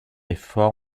ministre